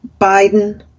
Biden